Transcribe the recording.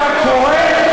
אתה קורא,